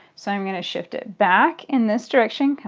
so i'm going to shift it back in this direction,